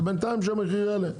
ובינתיים שהמחיר יעלה.